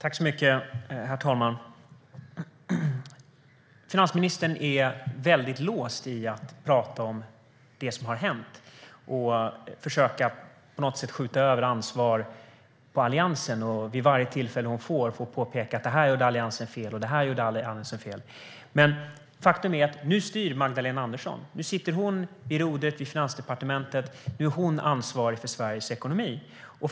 Herr talman! Finansministern är låst i att prata om vad som har hänt och att försöka skjuta över ansvar på Alliansen. Vid varje tillfälle hon får påpekar hon att här och här gjorde Alliansen fel. Nu styr Magdalena Andersson. Nu sitter hon vid rodret på Finansdepartementet, och nu är hon ansvarig för Sveriges ekonomi.